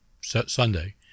Sunday